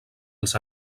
els